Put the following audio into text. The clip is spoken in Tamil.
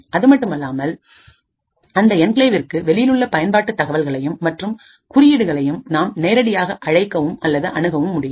அதுமட்டுமல்லாமல் அந்த என்கிளேவிற்கு வெளியிலுள்ள பயன்பாட்டு தகவல்களையும் மற்றும் குறியீடுகளையும் நாம் நேரடியாக அழைக்கவும் அல்லது அணுகவும் முடியும்